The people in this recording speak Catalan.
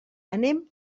anem